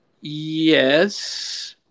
Yes